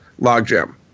logjam